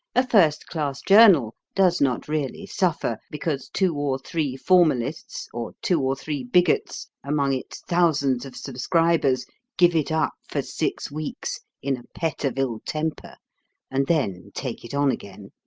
a first-class journal does not really suffer because two or three formalists or two or three bigots among its thousands of subscribers give it up for six weeks in a pet of ill-temper and then take it on again.